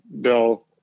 Bill